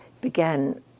began